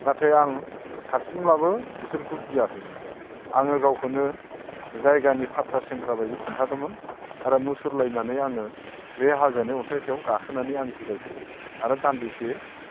नाथाय आं हारसिंब्लाबो बिसोरखौ गियाखैमोन आङो गावखोनो जायगानि फाथ्रा सेंग्रा बादि खोन्थादोंमोन आरो मुसुरलायनानै आङो बै हाजोनि अन्थाइ सायाव गाखोनानै आं जिरायदोंमोन आरो दान्दिसे